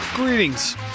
Greetings